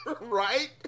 Right